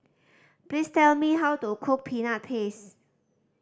please tell me how to cook Peanut Paste